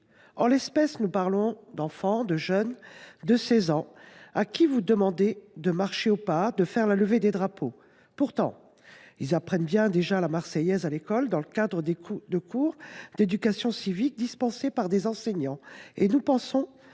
En l’espèce, nous parlons d’enfants, de jeunes de 16 ans, à qui vous demandez de marcher au pas et de faire la levée des drapeaux. Pourtant, ils apprennent bien déjà la Marseillaise à l’école dans le cadre de cours d’éducation civique dispensés par des enseignants. Et c’est